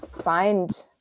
find